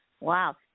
Wow